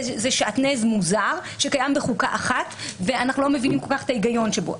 זה שעטנז מוזר שקיים בחוקה אחת ואנחנו לא כל כך מבינים את ההיגיון שבו.